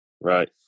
Right